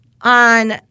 on –